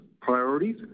priorities